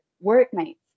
Workmates